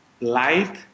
light